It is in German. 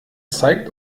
zeigt